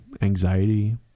anxiety